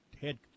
head